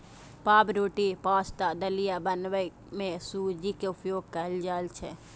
पावरोटी, पाश्ता, दलिया बनबै मे सूजी के उपयोग कैल जाइ छै